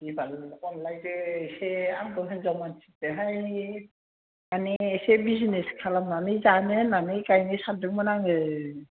दे बाल अनलायदो एसे आंबो हिन्जाव मानसिसोहाय माने एसे बिजिनेस खालामनानै जानो होननानै गायनो सानदोंमोन आङो